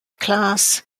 class